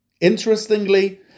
Interestingly